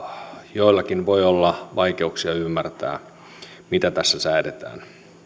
joillakin voi olla vaikeuksia ymmärtää mitä tässä säädetään